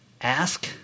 Ask